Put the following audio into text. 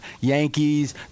Yankees